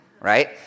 right